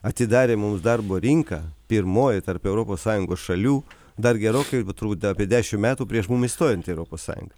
atidarė mums darbo rinką pirmoji tarp europos sąjungos šalių dar gerokai turbūt dar apie dešim metų prieš mum įstojant į europos sąjungą